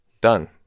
done